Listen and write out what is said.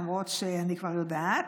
למרות שאני כבר יודעת,